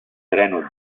treno